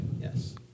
Yes